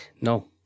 No